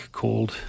called